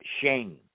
shame